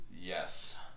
Yes